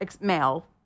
male